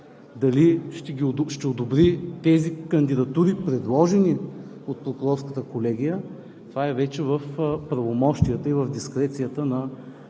дали ще одобри тези кандидатури, предложени от Прокурорската колегия, това вече е в правомощията и в дискрецията на